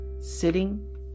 sitting